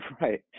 right